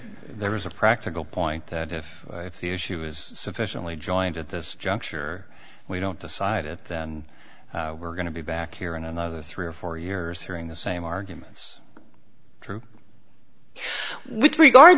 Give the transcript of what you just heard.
there was a practical point if the issue was sufficiently joined at this juncture we don't decide it we're going to be back here in another three or four years hearing the same arguments from with regard